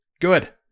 Good